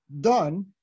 done